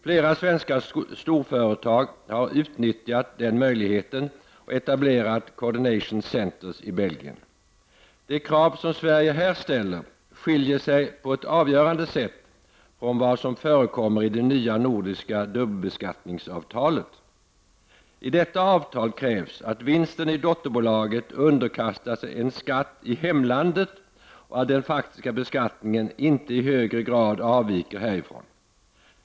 Flera svenska storföretag har utnyttjat den möjligheten och etablerat ”coordination centres” i Belgien. Det krav som Sverige här ställer skiljer sig på ett avgörande sätt från vad som förekommer i det nya nordiska dubbelbeskattningsavtalet. I detta avtal krävs att vinsten i dotterbolaget underkastas en skatt i hemlandet och att den faktiska beskattningen inte i högre grad avviker härifrån.